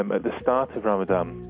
um at the start of ramadan,